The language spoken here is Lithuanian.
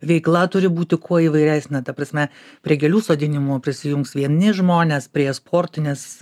veikla turi būti kuo įvairesnė ta prasme prie gėlių sodinimo prisijungs vieni žmonės prie sportinės